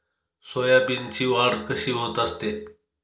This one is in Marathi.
सोयाबीनची वाढ कशी होत असते?